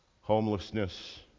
homelessness